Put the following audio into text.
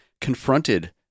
confronted